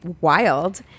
wild